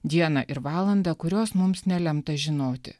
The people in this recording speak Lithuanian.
dieną ir valandą kurios mums nelemta žinoti